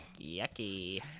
yucky